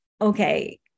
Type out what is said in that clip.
okay